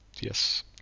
Yes